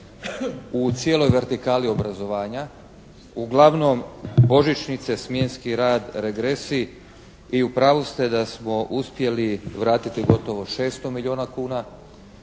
u cijeloj vertikali obrazovanja uglavnom božićnice, smjenski rad, regresi i u pravu ste da smo uspjeli vratiti gotovo 600 milijuna kuna.